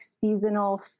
seasonal